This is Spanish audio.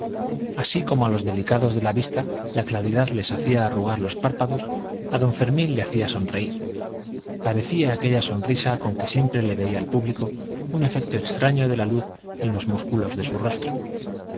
así como a los delicados de la vista la claridad les hace arrugar los párpados a don fermín le hacía sonreír parecía aquella sonrisa con que siempre le veía el público un efecto extraño de la luz en los músculos de su rostro